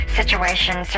situations